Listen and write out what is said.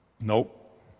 Nope